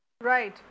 Right